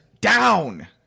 down